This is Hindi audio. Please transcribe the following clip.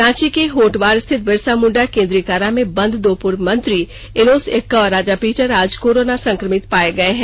रांची के होटवार स्थित बिरसा मुंडा केंद्रीय कारा में बंद दो पूर्व मंत्री एनोस एक्का और राजा पीटर आज कोरोनो संक्रमित पाये गये हैं